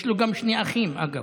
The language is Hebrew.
יש לו גם שני אחים, אגב.